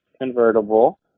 convertible